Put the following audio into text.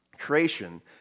Creation